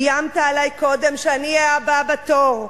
איימת עלי קודם שאני הבאה בתור.